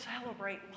celebrate